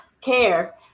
care